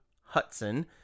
Hudson